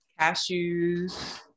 cashews